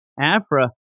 afra